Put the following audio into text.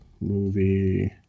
movie